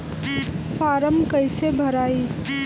Form कईसे भराई?